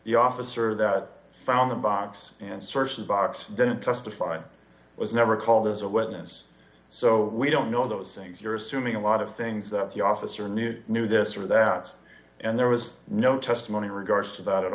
the officer that found the box and search box didn't testify and was never called as a witness so we don't know those things you're assuming a lot of things that the officer knew it knew this or that and there was no testimony regards to that at